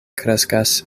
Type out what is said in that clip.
kreskas